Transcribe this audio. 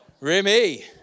Remy